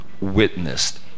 witnessed